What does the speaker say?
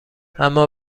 اما